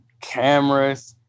cameras